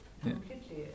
completely